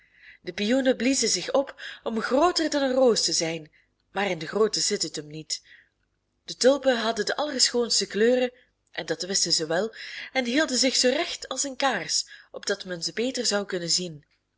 de pioenen bliezen zich op om grooter dan een roos te zijn maar in de grootte zit het hem niet de tulpen hadden de allerschoonste kleuren en dat wisten zij wel en hielden zich zoo recht als een kaars opdat men ze beter zou kunnen zien